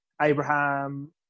Abraham